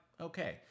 Okay